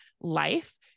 life